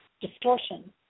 distortion